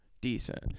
Decent